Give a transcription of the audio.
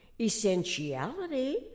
essentiality